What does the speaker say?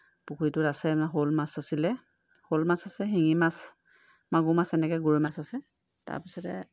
পুখুৰীটোত আছে আমাৰ শ'ল মাছ আছিলে শ'ল মাছ আছে শিঙি মাছ মাগুৰ মাছ এনেকৈ গৰৈ মাছ আছে তাৰপিছতে